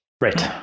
Right